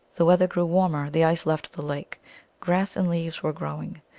the weather grew warmer the ice left the lake grass and leaves were growing.